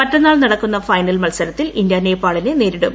മറ്റെന്നാൾ നടക്കുന്ന ഫൈനൽ മത്സരത്തിൽ ഇന്ത്യ നേപ്പാളിനെ നേരിടും